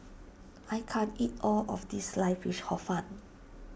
I can't eat all of this Sliced Fish Hor Fun